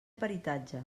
peritatge